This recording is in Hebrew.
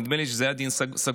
נדמה לי שזה היה דיון סגור,